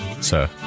sir